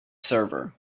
server